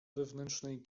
wewnętrznej